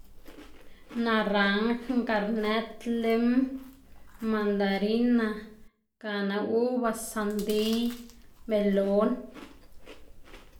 Naranj, ngarnët, lim, mandarina, gana ubas, sandiy, melon.